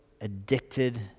addicted